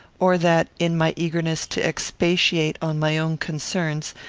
or that, in my eagerness to expatiate on my own concerns,